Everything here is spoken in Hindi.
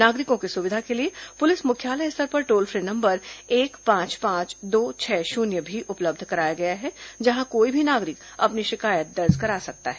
नागरिकों की सुविधा के लिए पुलिस मुख्यालय स्तर पर टोल फ्री नंबर एक पांच पांच दो छह शून्य भी उपलब्ध कराया गया है जहां कोई भी नागरिक अपनी शिकायत दर्ज करा सकता है